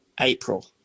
April